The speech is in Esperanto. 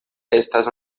estas